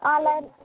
ఆలర్